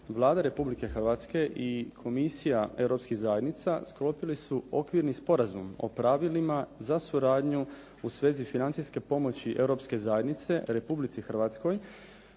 Vlada Republike Hrvatske i Komisija europskih zajednica sklopile su Okvirni sporazum o pravilima za suradnju u svezi financijske pomoći Europske zajednice Republici Hrvatskoj